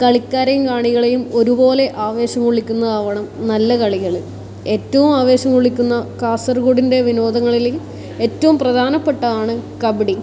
കളിക്കാരെയും കാണികളെയും ഒരുപോലെ ആവേശം കൊള്ളിക്കുന്നത് ആവണം നല്ല കളികൾ ഏറ്റവും ആവേശം കൊള്ളിക്കുന്ന കാസർഗോഡിൻ്റെ വിനോദങ്ങളിൽ ഏറ്റവും പ്രധാനപ്പെട്ടതാണ് കബഡി